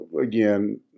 again